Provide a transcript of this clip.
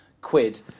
quid